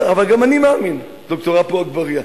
אבל גם אני מאמין, ד"ר עפו אגבאריה.